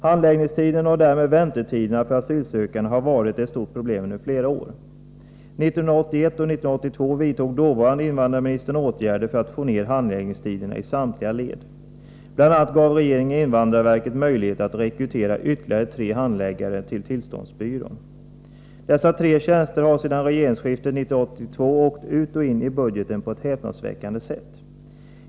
Handläggningstiderna och därmed väntetiderna för asylsökande har varit ett stort problem under flera år. 1981 och 1982 vidtog dåvarande invandrarministern åtgärder för att minska handläggningstiderna i samtliga led. Bl. a. gav regeringen invandrarverket möjlighet att rekrytera ytterligare tre handläggare till tillståndsbyrån. Dessa tre tjänster har sedan regeringsskiftet 1982 åkt ut och in i budgeten på ett häpnadsväckande sätt.